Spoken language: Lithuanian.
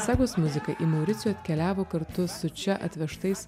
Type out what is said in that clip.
segos muzika į mauricijų atkeliavo kartu su čia atvežtais